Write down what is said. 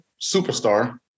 superstar